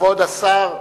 כבוד השר.